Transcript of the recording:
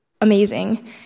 amazing